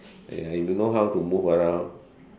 ya if you know how to move around